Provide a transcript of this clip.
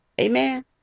Amen